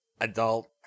adult